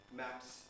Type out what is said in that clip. maps